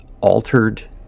altered